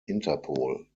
interpol